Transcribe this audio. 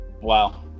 Wow